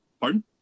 Pardon